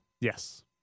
Yes